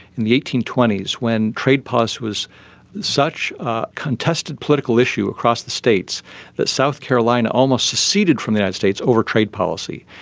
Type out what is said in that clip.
in the eighteen twenty s, when trade policy was such a contested political issue across the states that south carolina almost seceded from the united states over trade policy.